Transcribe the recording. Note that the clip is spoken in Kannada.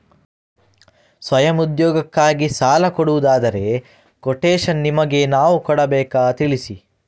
ಸ್ವಯಂ ಉದ್ಯೋಗಕ್ಕಾಗಿ ಸಾಲ ಕೊಡುವುದಾದರೆ ಕೊಟೇಶನ್ ನಿಮಗೆ ನಾವು ಕೊಡಬೇಕಾ ತಿಳಿಸಿ?